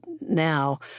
now